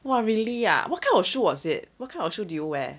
!wah! really ah what kind of shoe was it what kind of shoe do you wear